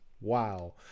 Wow